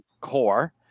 core